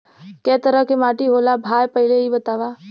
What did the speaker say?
कै तरह के माटी होला भाय पहिले इ बतावा?